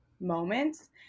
moments